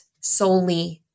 solely